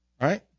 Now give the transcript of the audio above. Right